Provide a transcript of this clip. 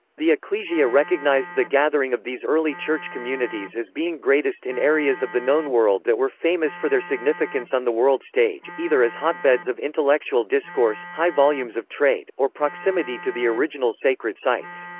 the ecclesia recognised the gathering of these early church communities as being greatest in areas of the known world that were famous for their significance on the world stage either as hotbeds of intellectual discourse, high volumes of trade, or proximity to the original sacred sites.